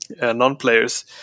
non-players